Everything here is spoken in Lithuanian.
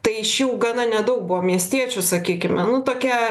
tai šių gana nedaug buvo miestiečių sakykime nu tokia